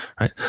right